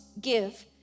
give